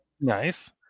Nice